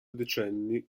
decenni